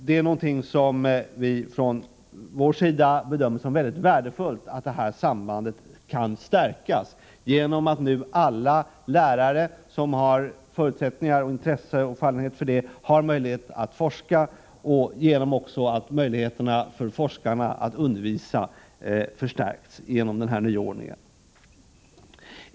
Från vår sida bedömer vi saken så, att det är mycket värdefullt att detta samband kan stärkas, genom att alla lärare som har intresse, fallenhet och förutsättningar för det nu får möjlighet att forska och genom att möjligheterna för forskarna att undervisa har utökats.